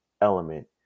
element